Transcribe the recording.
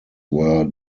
were